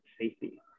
safety